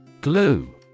Glue